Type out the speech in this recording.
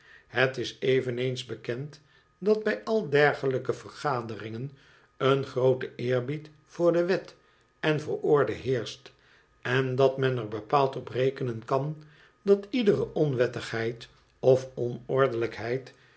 het is eveneens bekend dat bij al dergelijke vergaderingen een groote eerbied voor de wet en voor orde heerscht en dat men er bepaald op rekenen kan dat iedere onwettigheid of